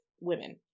women